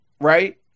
right